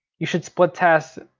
you should split test,